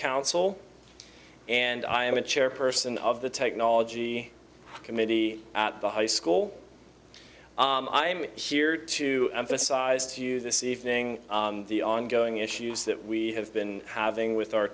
council and i am a chairperson of the technology committee at the high school i am here to emphasize to you this evening the ongoing issues that we have been having with our